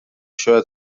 شاید